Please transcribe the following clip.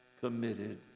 committed